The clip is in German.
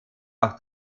auch